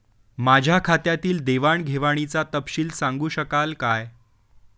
माझ्या खात्यातील देवाणघेवाणीचा तपशील सांगू शकाल काय?